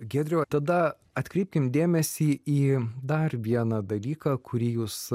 giedriau tada atkreipkim dėmesį į dar vieną dalyką kurį jūs